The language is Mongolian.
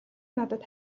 надад